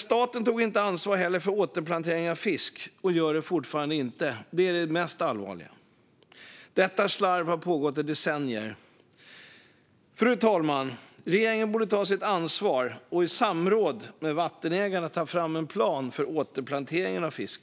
Staten tog inte heller ansvar för återplantering av fisk och gör det fortfarande inte. Det är det mest allvarliga. Detta slarv har pågått i decennier. Fru talman! Regeringen borde ta sitt ansvar och i samråd med vattenägarna ta fram en plan för återplantering av fisk.